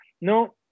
No